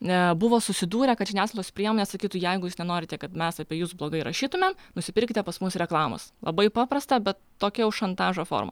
nebuvo susidūrę kad žiniasklaidos priemonės sakytų jeigu jūs nenorite kad mes apie jus blogai rašytume nusipirkite pas mus reklamos labai paprasta bet tokia jau šantažo forma